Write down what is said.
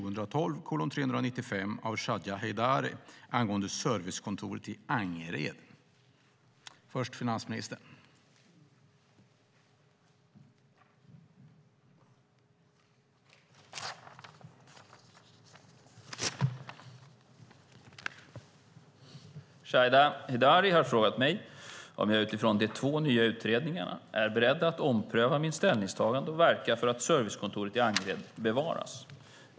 Herr talman! Shadiye Heydari har frågat mig om jag utifrån de två nya utredningarna är beredd att ompröva mitt ställningstagande och verka för att servicekontoret i Angered bevaras.